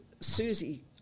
Susie